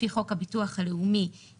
לפי חוק הביטוח הלאומי,